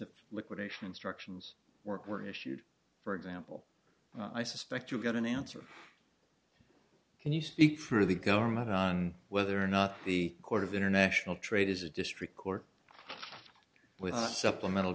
if liquidation instructions work were issued for example i suspect you got an answer and you speak for the government on whether or not the court of international trade is a district court with supplemental